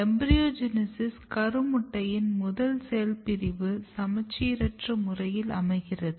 எம்பிரியோஜெனிசிஸ்ஸில் கருமுட்டையின் முதல் செல் பிரிவு சமச்சீரற்ற முறையில் அமைகிறது